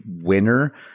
winner